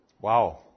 Wow